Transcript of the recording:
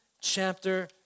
chapter